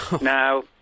Now